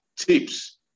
tips